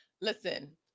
Listen